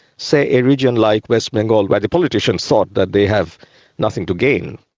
say, a region like west bengal, where the politicians thought that they have nothing to gain.